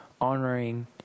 honoring